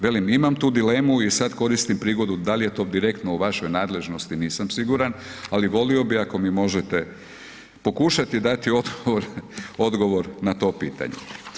Velim imam tu dilemu i sad koristim prigodu da li je to direktno u vašoj nadležnosti nisam siguran, ali volio bi ako mi možete pokušati dati odgovor, odgovor na to pitanje.